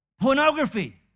pornography